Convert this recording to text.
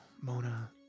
Mona